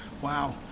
Wow